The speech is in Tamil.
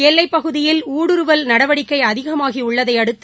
எல்லைப் பகுதியில் ஊடுருவல் நடவடிக்கை அதிகமாகியுள்ளதை அடுத்து